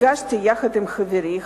שהגשתי יחד עם חברי,